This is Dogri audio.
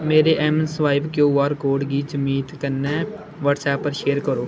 मेरे Mswipe Q R code गी जमीत कन्नै व्हाट्सएैप पर शेयर करो